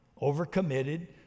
overcommitted